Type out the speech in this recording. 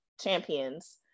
champions